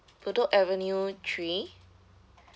bedok avenue three